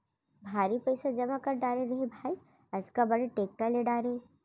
भारी पइसा जमा कर डारे रहें भाई, अतका बड़े टेक्टर ले डारे